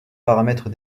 paramètres